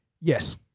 Yes